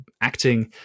acting